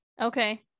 okay